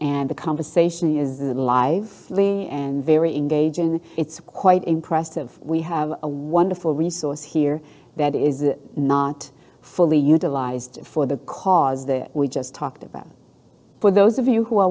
and the conversation is alive lee and very engaging the it's quite impressive we have a wonderful resource here that is not fully utilized for the cause the we just talked about for those of you who are